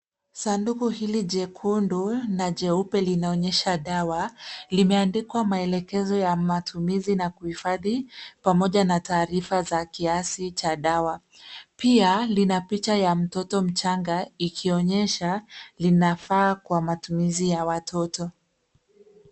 Sanduku hili jekundu na jeupe linaonyesha dawa. Limeandikwa maelekezo ya matumizi na kuhifadhi, pamoja na taarifa za kiasi cha dawa. Pia lina picha ya mtoto mchanga, ikionyesha linafaa kwa matumizi ya watoto.